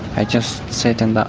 i just sit in but